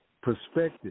perspective